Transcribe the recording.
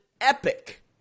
epic